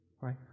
right